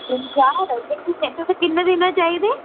तिन्न चार ते तुसें किन्ने दिनें चाहिदे